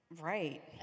right